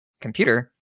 computer